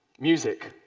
music.